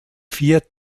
vier